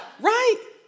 Right